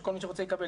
שכל מי שרוצה יקבל.